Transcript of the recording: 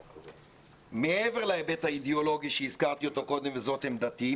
מעבר להיבט האידיאולוגי שהזכרתי קודם וזו עמדתי,